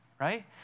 right